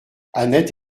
annette